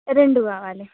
రెండు కావాలి